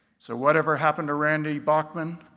so whatever happened to randy bachman?